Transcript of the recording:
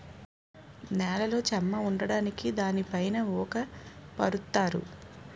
నేలలో చెమ్మ ఉండడానికి దానిపైన ఊక పరుత్తారు